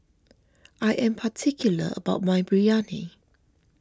I am particular about my Biryani